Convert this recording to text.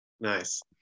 nice